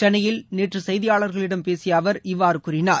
சென்னையில் செய்தியாளர்களிடம் பேசிய அவர் இவ்வாறு கூறினார்